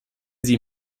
sie